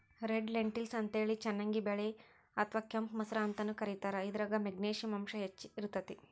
red lentils ಅಂತೇಳಿ ಚನ್ನಂಗಿ ಬ್ಯಾಳಿ ಅತ್ವಾ ಕೆಂಪ್ ಮಸೂರ ಅಂತಾನೂ ಕರೇತಾರ, ಇದ್ರಾಗ ಮೆಗ್ನಿಶಿಯಂ ಅಂಶ ಹೆಚ್ಚ್ ಇರ್ತೇತಿ